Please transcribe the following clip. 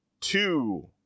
two